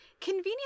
convenient